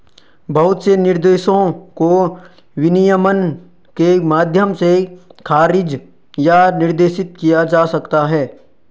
बहुत से निर्देशों को विनियमन के माध्यम से खारिज या निर्देशित किया जा सकता है